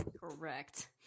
Correct